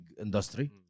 industry